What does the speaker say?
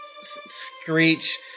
Screech